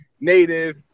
native